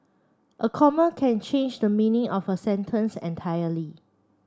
a comma can change the meaning of a sentence entirely